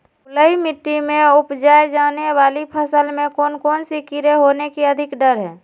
बलुई मिट्टी में उपजाय जाने वाली फसल में कौन कौन से कीड़े होने के अधिक डर हैं?